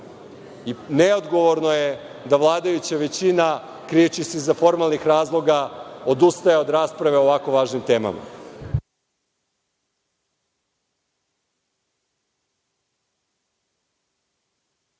Neodgovorno je da vladajuća većina, krijući se iza formalnih razloga, odustaje od rasprave o ovako važnim temama.